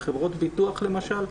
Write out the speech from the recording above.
בחברות ביטוח למשל,